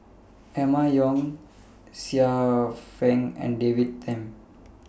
Emma Yong Xiu Fang and David Tham